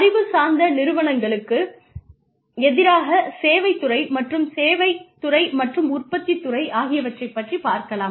அறிவு சார்ந்த நிறுவனங்களுக்கு எதிராகச் சேவைத் துறை மற்றும் சேவைத் துறை மற்றும் உற்பத்தித் துறை ஆகியவற்றைப் பற்றி பார்க்கலாம்